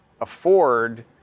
afford